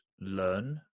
learn